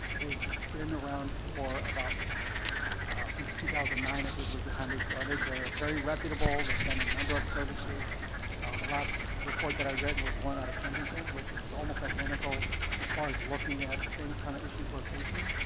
they've been around for about since two thousand and nine it but was the time they started they're very reputable they've done a number of services the last report that i read was one out of kensington which it was almost identical as far as looking at the same kind of issues were facing